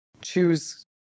choose